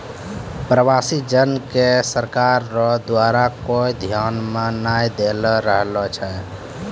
प्रवासी जन के सरकार रो द्वारा कोय ध्यान नै दैय रहलो छै